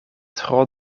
tro